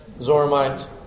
Zoramites